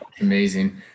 Amazing